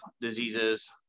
diseases